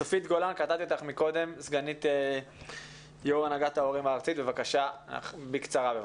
צופית גולן סגנית יו"ר הנהגת ההורים הארצית בקצרה בבקשה.